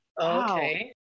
okay